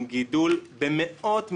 עם גידול במאות מיליונים,